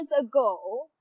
ago